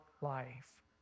life